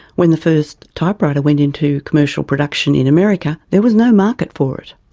when the first typewriter went into commercial production in america there was no market for it.